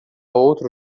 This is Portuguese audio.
outro